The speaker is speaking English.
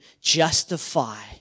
justify